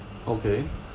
okay